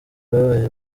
babaye